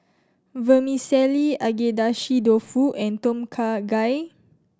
Vermicelli Agedashi Dofu and Tom Kha Gai